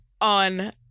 on